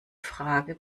frage